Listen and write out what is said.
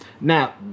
now